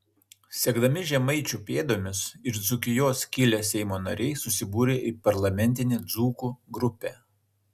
sekdami žemaičių pėdomis iš dzūkijos kilę seimo nariai susibūrė į parlamentinę dzūkų grupę